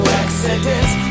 accidents